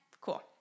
cool